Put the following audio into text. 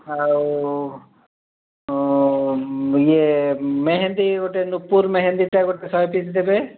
ଆଉ ଇଏ ମେହେନ୍ଦି ଗୋଟେ ନୂପୁର ମେହେନ୍ଦିଟା ଗୋଟେ ଶହେ ପିସ୍ ଦେବେ